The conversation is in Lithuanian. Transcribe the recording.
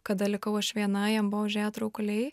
kada likau aš viena jam buvo užėję traukuliai